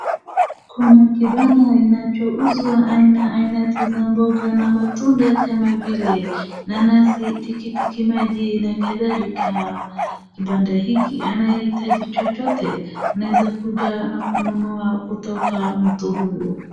Kuna kibanda inachouzwa aina aina tofauti za mboga na matunda kama vile nanasi, tikitiki maji na kadhalika. Kibanda hiki anayehitaji chochote anaweza kuja na kununua kutoka mtu huyu.